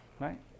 right